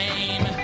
Name